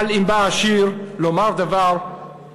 אבל "אם בא עשיר לומר דבר,